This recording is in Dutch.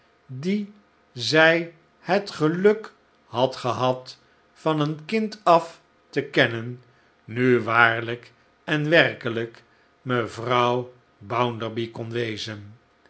die zij het geluk had gehad van een kind af te kennen nu waarlijk en werkelijk mevrouw bounderby kon wezen